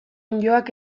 onddoak